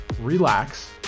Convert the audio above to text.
relax